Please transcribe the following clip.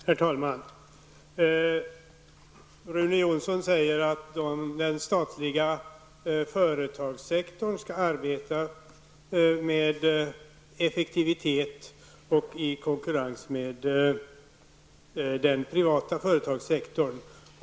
Herr talman! Rune Jonsson säger att den statliga företagssektorn skall arbeta med effektivitet och i konkurrens med den privata företagssektorn.